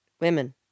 women